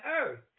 earth